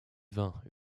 vint